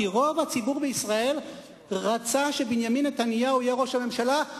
כי רוב הציבור בישראל רצה שבנימין נתניהו יהיה ראש הממשלה,